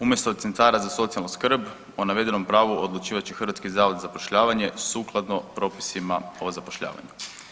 Umjesto centara za socijalnu skrb o navedenom pravu odlučivat će Hrvatski zavod za zapošljavanje sukladno propisima o zapošljavanju.